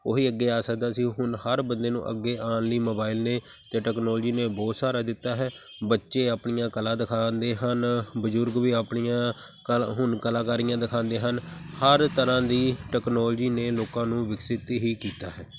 ਉਹੀ ਅੱਗੇ ਆ ਸਕਦਾ ਸੀ ਹੁਣ ਹਰ ਬੰਦੇ ਨੂੰ ਅੱਗੇ ਆਉਣ ਲਈ ਮੋਬਾਈਲ ਨੇ ਅਤੇ ਟੈਕਨੋਲੋਜੀ ਨੇ ਬਹੁਤ ਸਹਾਰਾ ਦਿੱਤਾ ਹੈ ਬੱਚੇ ਆਪਣੀਆਂ ਕਲਾ ਦਿਖਾਉਂਦੇ ਹਨ ਬਜ਼ੁਰਗ ਵੀ ਆਪਣੀਆਂ ਕਲ ਹੁਣ ਕਲਾਕਾਰੀਆਂ ਦਿਖਾਉਂਦੇ ਹਨ ਹਰ ਤਰ੍ਹਾਂ ਦੀ ਟੈਕਨੋਲੋਜੀ ਨੇ ਲੋਕਾਂ ਨੂੰ ਵਿਕਸਿਤ ਹੀ ਕੀਤਾ ਹੈ